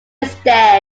instead